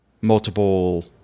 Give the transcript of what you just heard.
multiple